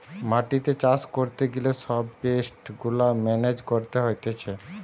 মাটিতে চাষ করতে গিলে সব পেস্ট গুলা মেনেজ করতে হতিছে